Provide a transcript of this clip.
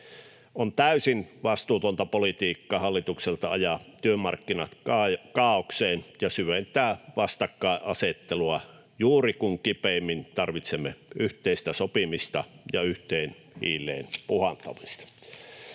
On täysin vastuutonta politiikkaa hallitukselta ajaa työmarkkinat kaaokseen ja syventää vastakkainasettelua juuri kun kipeimmin tarvitsemme yhteistä sopimista ja yhteen hiileen puhaltamista.